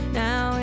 now